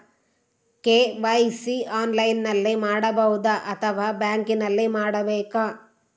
KYC ಆನ್ಲೈನಲ್ಲಿ ಮಾಡಬಹುದಾ ಅಥವಾ ಬ್ಯಾಂಕಿನಲ್ಲಿ ಮಾಡ್ಬೇಕಾ?